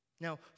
Now